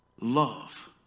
Love